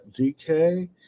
DK